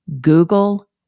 Google